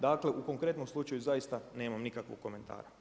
Dakle, u konkretnom slučaju zaista nemam nikakvog komentara.